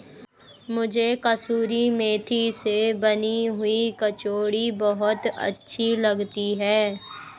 मुझे कसूरी मेथी से बनी हुई कचौड़ी बहुत अच्छी लगती है